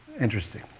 Interesting